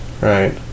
right